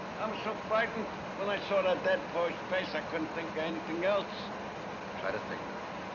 i was so frightened when i saw that dead boy's face. i couldn't think anything else try to think now